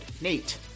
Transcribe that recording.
Nate